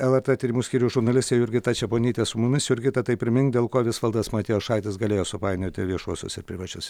lrt tyrimų skyriaus žurnalistė jurgita čeponytė su mumis jurgita tai primin dėl ko visvaldas matijošaitis galėjo supainioti viešuosius ir privačius